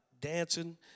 dancing